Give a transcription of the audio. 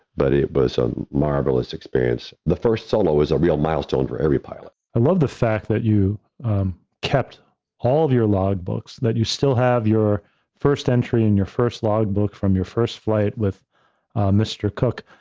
but it was a marvelous experience. the first solo is a real milestone for every pilot. i love the fact that you kept all of your logbooks, that you still have your first entry, in your first logbook, from your first flight, with mr. cooke.